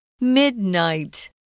midnight